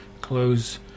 close